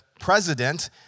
president